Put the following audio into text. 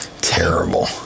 Terrible